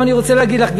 אני רוצה להגיד לך,